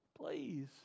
Please